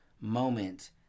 moment